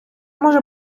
може